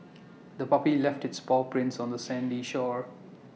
the puppy left its paw prints on the sandy shore